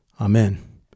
Amen